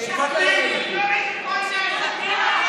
אני הייתי פה, פטין,